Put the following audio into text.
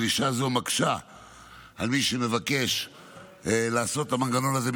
דרישה זו מקשה על מי שמבקש לעשות את המנגנון הזה,